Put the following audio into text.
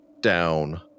down